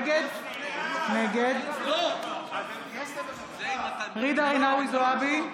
נגד ג'ידא רינאוי זועבי,